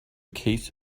case